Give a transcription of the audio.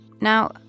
Now